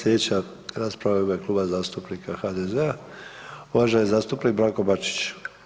Slijedeća rasprava je u ime Kluba zastupnika HDZ-a, uvaženi zastupnik Branko Bačić.